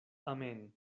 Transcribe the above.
amen